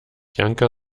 janka